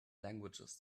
languages